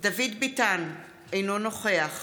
דוד ביטן, אינו נוכח